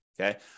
Okay